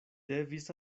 devis